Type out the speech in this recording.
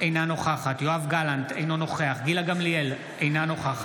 אינה נוכחת יואב גלנט, אינו נוכח